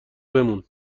بمون